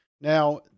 Now